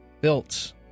built